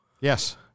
Yes